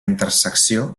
intersecció